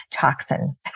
toxin